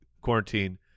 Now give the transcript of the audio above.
quarantine